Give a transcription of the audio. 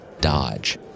Dodge